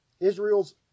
Israel's